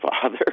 father